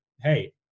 hey